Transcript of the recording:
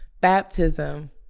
baptism